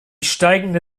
steigende